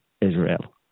Israel